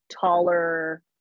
taller